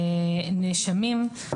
נאשמים,